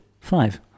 five